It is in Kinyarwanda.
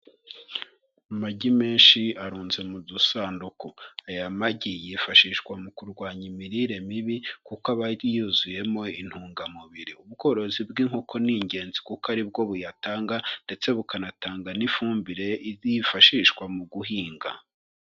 Amagi menshi arunze mu dusanduku. Aya magi yifashishwa mu kurwanya imirire mibi, kuko aba yuzuyemo intungamubiri. Ubworozi bw'inkoko ni ingenzi kuko ari bwo buyatanga, ndetse bukanatanga n'ifumbire izifashishwa mu guhinga.